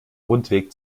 rundweg